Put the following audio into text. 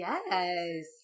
Yes